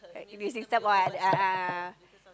you been seeing stuff what a'ah a'ah